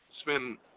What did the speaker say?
spend